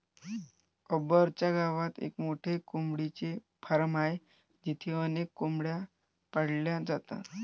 अंबर च्या गावात एक मोठे कोंबडीचे फार्म आहे जिथे अनेक कोंबड्या पाळल्या जातात